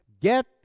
get